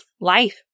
life